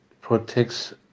protects